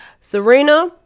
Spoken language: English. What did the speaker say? Serena